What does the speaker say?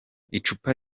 icupa